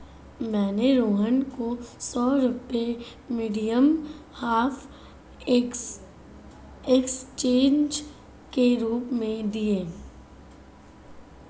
मैंने रोहन को सौ रुपए मीडियम ऑफ़ एक्सचेंज के रूप में दिए